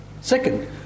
Second